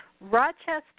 Rochester